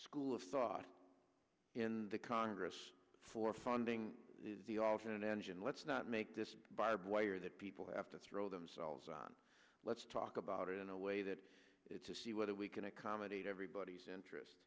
school of thought in the congress for funding the alternate engine let's not make this by a boy or that people have to throw themselves on let's talk about it in a way that it's a see whether we can accommodate everybody's interest